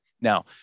Now